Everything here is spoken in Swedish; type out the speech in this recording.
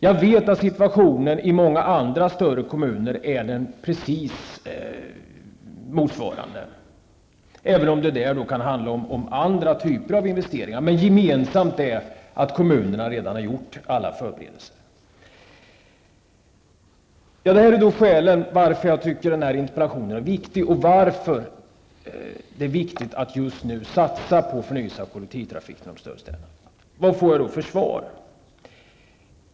Jag vet att situationen i många andra större kommuner är precis motsvarande, även om det där kan handla om andra typer av investeringar. Men gemensamt är att kommunerna redan har gjort alla förberedelser. Dessa är de två skälen till att jag tycker att den här interpellationen är viktig och att det är viktigt att just nu satsa på förnyelsen av kollektivtrafiken i de större städerna. Vad får jag då för svar?